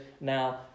now